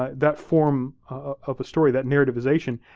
that form of a story, that narrativization,